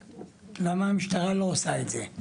למה המשטרה לא עושה את זה?